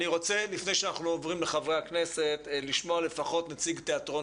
אני רוצה לפני שאנחנו עוברים לחברי הכנסת לשמוע לפחות נציג תיאטרון